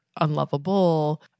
unlovable